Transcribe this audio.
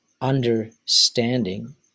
understanding